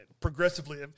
progressively